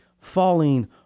falling